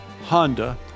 Honda